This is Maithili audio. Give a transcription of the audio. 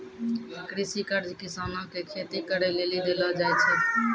कृषि कर्ज किसानो के खेती करे लेली देलो जाय छै